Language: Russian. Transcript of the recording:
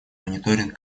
мониторинг